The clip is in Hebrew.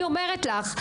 אני אומרת לך,